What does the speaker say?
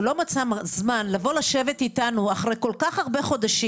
שהוא לא מצא זמן לבוא לשבת איתנו אחרי כל כך הרבה חודשים.